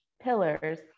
pillars